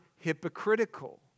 hypocritical